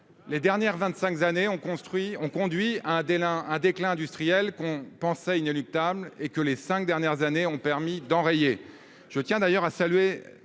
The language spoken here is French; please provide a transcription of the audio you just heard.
dernières années ont conduit à un déclin industriel qu'on pensait inéluctable, et que les cinq dernières années ont permis d'enrayer. Je salue à cet